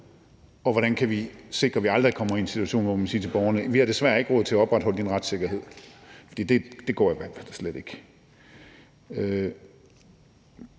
og hvordan vi kan sikre, at vi aldrig kommer i en situation, hvor vi må sige til borgerne, at vi desværre ikke har råd til at opretholde jeres retssikkerhed. For det går i hvert fald slet ikke.